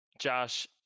Josh